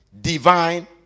divine